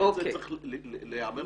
כל זה צריך להיאמר.